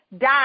die